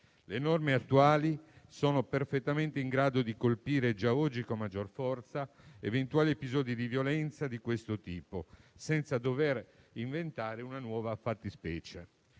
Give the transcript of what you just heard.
Le norme attuali sono perfettamente in grado di colpire già oggi con maggior forza eventuali episodi di violenza di questo tipo, senza dover inventare una nuova fattispecie.